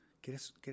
¿Quieres